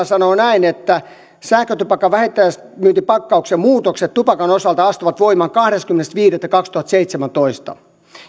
sanoo näin sähkötupakan vähittäismyyntipakkauksen muutokset tupakan osalta astuvat voimaan kahdeskymmenes viidettä kaksituhattaseitsemäntoista